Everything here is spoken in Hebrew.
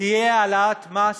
תהיה העלאת מס,